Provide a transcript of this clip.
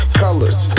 colors